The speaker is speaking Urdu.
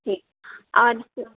جی آج